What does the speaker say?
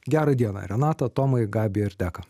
gerą dieną renata tomai gabija ir deka